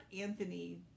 Anthony